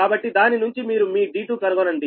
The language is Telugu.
కాబట్టి దాని నుంచి మీరు మీ d2 కనుగొనండి